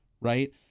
right